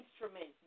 instruments